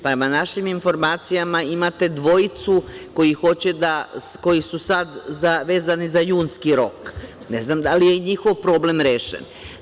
Prema našim informacijama imate dvojicu koji su sada vezani za junski rok, ne znam da li je njihov problem rešen.